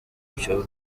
byo